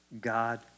God